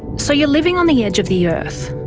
so you are living on the edge of the earth,